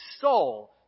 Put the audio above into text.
soul